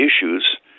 issues